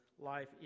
life